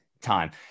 time